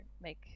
make